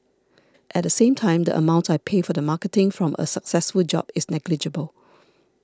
at the same time the amount I pay for the marketing from a successful job is negligible